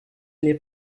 n’est